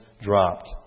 dropped